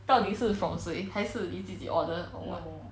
到底是 from 谁还是你自己 order or what